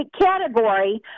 category